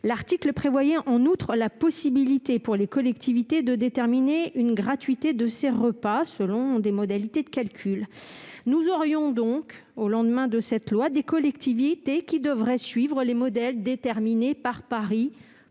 L'article prévoyait en outre la possibilité pour les collectivités de déterminer la gratuité de ces repas, selon des modalités de calculs. Nous aurions donc, au lendemain de l'adoption de cette loi, des collectivités qui devraient suivre les modèles déterminés par Paris